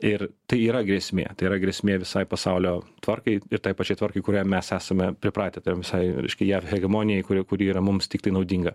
ir tai yra grėsmė tai yra grėsmė visai pasaulio tvarkai ir tai pačiai tvarkai kurią mes esame pripratę tai yra visai reiškia jav hegemonijai kuri kuri yra mums tiktai naudinga